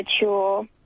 mature